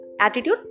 Attitude